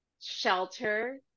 shelter